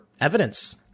evidence